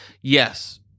Yes